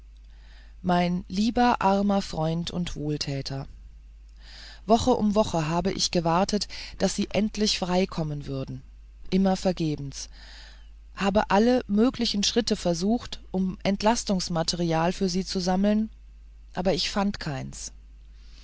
mein lieber armer freund und wohltäter woche um woche habe ich gewartet daß sie endlich freikommen würden immer vergebens habe alle möglichen schritte versucht um entlastungsmaterial für sie zu sammeln aber ich fand keins